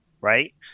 right